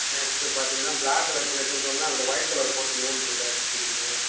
next பார்த்தீங்கன்னா black colour டிரெஸ்ஸுன்னு சொன்னால் அந்த ஒயிட் கலர் போட்டு நூல் போட்டு அடிச்சுக்கிறீங்க